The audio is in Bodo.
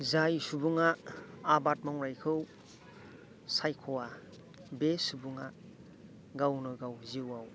जाय सुबुङा आबाद मावनायखौ सायख'वा बे सुबुङा गावनो गाव जिउवाव